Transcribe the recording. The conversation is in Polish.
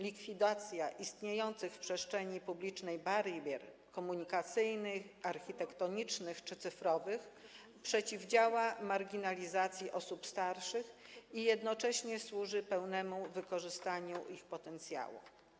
Likwidacja istniejących w przestrzeni publicznej barier komunikacyjnych, architektonicznych czy cyfrowych przeciwdziała marginalizacji osób starszych i jednocześnie służy pełnemu wykorzystaniu ich potencjału.